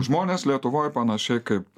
žmonės lietuvoj panašiai kaip